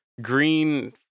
green